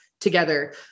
together